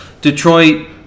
Detroit